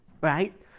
right